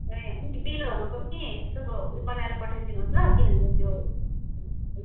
ए अनि बिलहरूको पनि त्यो उयो बनाएर पठाइदिनुहोस् ल किनभने त्यो